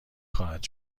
خواهد